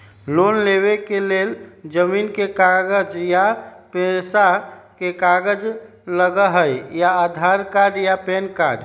Loan लेवेके लेल जमीन के कागज या पेशा के कागज लगहई या आधार कार्ड या पेन कार्ड?